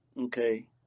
okay